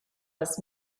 das